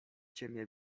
ciemię